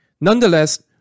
Nonetheless